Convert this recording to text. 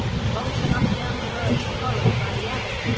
and bolted off down the road, followed by the others,